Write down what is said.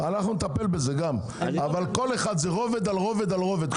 נטפל בזה, אבל זה רובד על רובד על רובד.